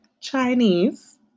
Chinese